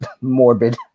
morbid